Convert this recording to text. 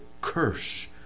curse